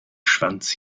schwanz